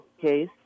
case